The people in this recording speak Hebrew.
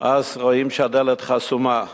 רואים שהדלת חסומה.